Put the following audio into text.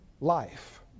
Life